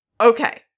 okay